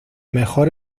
mejor